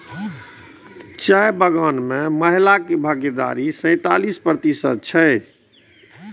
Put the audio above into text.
चाय बगान मे महिलाक भागीदारी सैंतालिस प्रतिशत छै